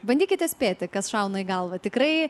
bandykite spėti kas šauna į galvą tikrai